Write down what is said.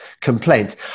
complaints